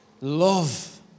love